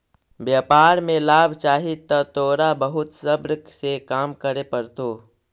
व्यापार में लाभ चाहि त तोरा बहुत सब्र से काम करे पड़तो